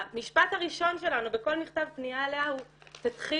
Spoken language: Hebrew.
המשפט הראשון שלנו בכל מכתב פניה אליה הוא "תתחילו